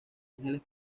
ángeles